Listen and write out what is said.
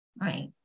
right